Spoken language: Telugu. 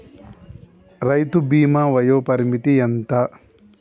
రైతు బీమా వయోపరిమితి ఎంత?